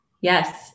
Yes